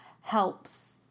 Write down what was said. helps